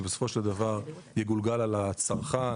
שבסופו של דבר יגולגל על הצרכן,